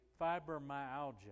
fibromyalgia